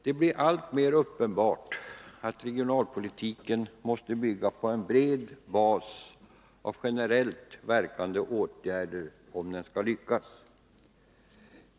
Det blir alltmer uppenbart att regionalpolitiken måste bygga på en bred bas av generellt verkande åtgärder om den skall lyckas.